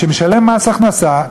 שמשלם מס הכנסה,